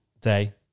day